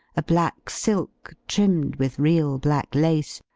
a black silk, trimmed with real black lace,